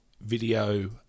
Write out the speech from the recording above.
Video